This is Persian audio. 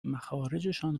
مخارجشان